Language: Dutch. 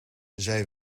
zij